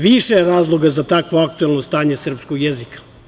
Više je razloga za takvo aktuelno stanje srpskog jezika.